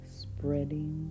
spreading